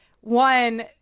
one